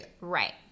Right